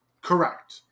Correct